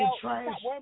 trash